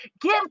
give